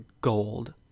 gold